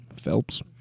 Phelps